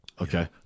Okay